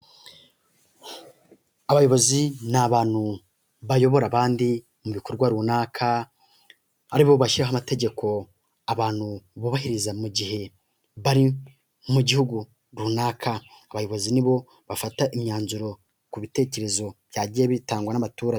Abayobozi ni abantu bayobora abandi mu bikorwa runaka, ari bo bashyiraho amategeko abantu bubahiriza mu gihe bari mu gihugu runaka, abayobozi ni bo bafata imyanzuro ku bitekerezo byagiye bitangwa n'abaturage.